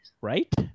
right